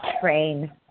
train